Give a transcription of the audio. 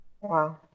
Wow